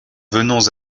venons